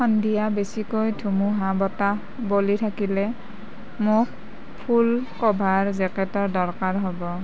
সন্ধিয়া বেছিকৈ ধুমুহা বতাহ বলি থাকিলে মোক ফুল ক'ভাৰ জেকেটৰ দৰকাৰ হ'ব